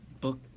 book